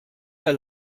der